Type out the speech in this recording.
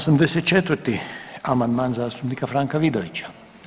84. amandman zastupnika Franka Vidovića.